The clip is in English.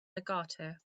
legato